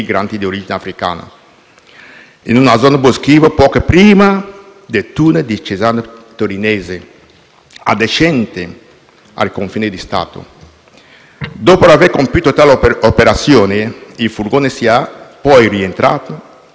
in una zona boschiva poco prima del *tunnel* di Cesana Torinese, adiacente al confine di Stato; dopo aver compiuto tale operazione, il furgone è poi rientrato in territorio francese;